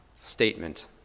statement